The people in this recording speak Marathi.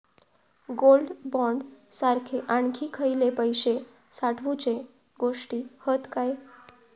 गोल्ड बॉण्ड सारखे आणखी खयले पैशे साठवूचे गोष्टी हत काय?